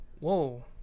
Whoa